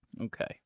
Okay